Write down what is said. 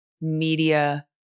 media